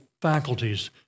faculties